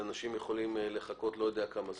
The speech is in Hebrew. אנשים יכולים לחכות אני לא יודע כמה זמן.